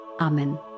Amen